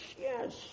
yes